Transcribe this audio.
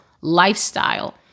lifestyle